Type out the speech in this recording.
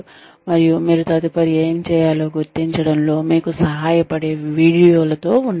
మరియు మీరు తదుపరి ఏమి చేయాలో గుర్తించడంలో మీకు సహాయపడే వీడియోలు తో ఉండవచ్చు